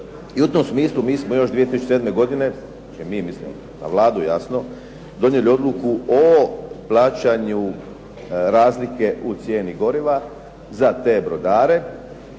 I u tom smislu mi smo još 2007. godine, mislim na Vladu jasno, donijeli odluku o plaćanju razlike u cijeni goriva za te brodare.